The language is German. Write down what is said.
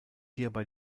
hierbei